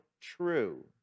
true